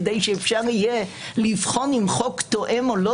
כדי שאפשר יהיה לבחון אם חוק תואם או לא